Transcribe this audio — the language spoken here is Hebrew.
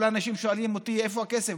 כל האנשים שואלים אותי: איפה הכסף?